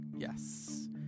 Yes